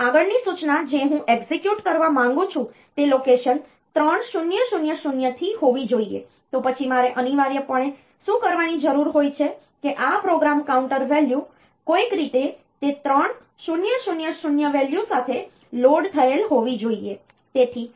અને આગળની સૂચના જે હું એક્ઝીક્યુટ કરવા માંગુ છું તે લોકેશન 3000 થી હોવી જોઈએ તો પછી મારે અનિવાર્યપણે શું કરવાની જરૂર હોય છે કે આ પ્રોગ્રામ કાઉન્ટર વેલ્યુ કોઈક રીતે તે 3000 વેલ્યુ સાથે લોડ થયેલ હોવી જોઈએ